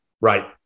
Right